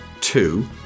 two